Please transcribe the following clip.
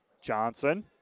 Johnson